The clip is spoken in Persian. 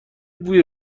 بوی